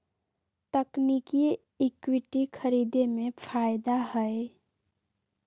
तकनिकिये इक्विटी खरीदे में फायदा हए